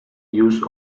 use